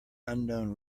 unknown